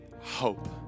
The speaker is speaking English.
hope